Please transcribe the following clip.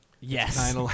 Yes